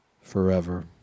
forever